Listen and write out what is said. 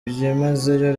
byimazeyo